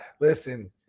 Listen